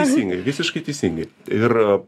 teisingai visiškai teisingai ir